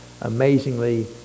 amazingly